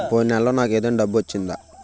పోయిన నెలలో నాకు ఏదైనా డబ్బు వచ్చిందా?